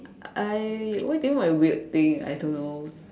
I what do you mean by weird thing I don't know